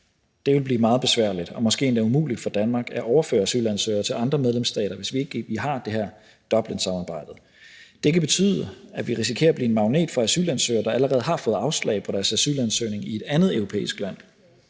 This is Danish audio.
det blive meget besværligt og endda umuligt for Danmark at overføre asylansøgere til andre medlemsstater, hvis vi ikke har det her Dublinsamarbejde. Det kan betyde, at vi risikerer at blive en magnet for asylansøgere, der allerede har fået afslag på deres asylansøgning i et andet europæisk land.